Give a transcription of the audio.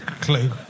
clue